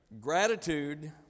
Gratitude